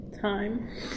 time